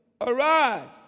Arise